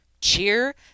cheer